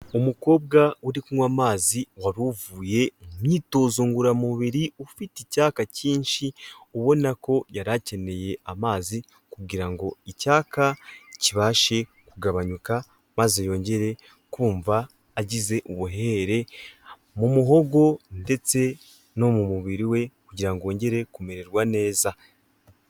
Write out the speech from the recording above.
Umukobwa uri kunywa amazi wari uvuye mu myitozo ngoramubiri ufite icyayaka cyinshi ubona ko yari akeneye amazi kugira ngo icyaka kibashe kugabanyuka maze yongere kumva agize ubuhere mu muhogo ndetse no mu mubiri we kugira wongere kumererwa neza.